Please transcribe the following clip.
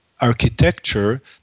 architecture